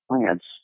plants